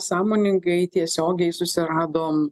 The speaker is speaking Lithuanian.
sąmoningai tiesiogiai susiradom